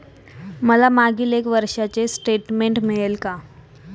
मला मागील एक वर्षाचे स्टेटमेंट मिळेल का?